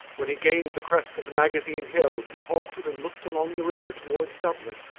when he gained the crest of the magazine hill he halted and looked along the river towards dublin,